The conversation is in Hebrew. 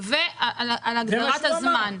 ועל הגדרת הזמן.